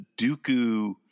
Dooku